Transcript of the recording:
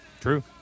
True